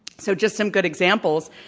so just some good examples.